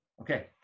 Okay